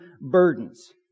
burdens